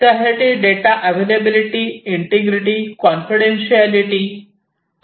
त्यासाठी data availability integrity confidentiality आवश्यक आहे